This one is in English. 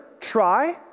try